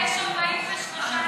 יש 43,000,